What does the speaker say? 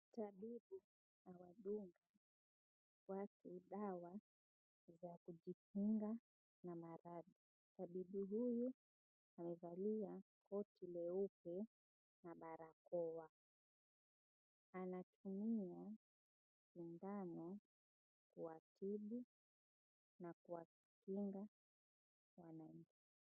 Tabibu anadunga watu dawa za kujikinga na maradhi. Tabibu huyu amevalia koti nyeupe na barakoa anatumia sindano kuwatibu na kuwakinga wananchi.